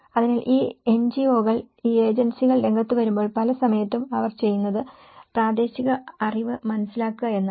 അതിനാൽ ഈ എൻജിഒകൾ ഈ ഏജൻസികൾ രംഗത്ത് വരുമ്പോൾ പല സമയത്തും അവർ ചെയ്യുന്നത് പ്രാദേശിക അറിവ് മനസ്സിലാക്കുക എന്നതാണ്